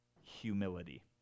Humility